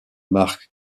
marc